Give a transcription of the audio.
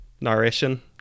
narration